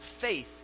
faith